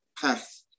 path